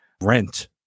rent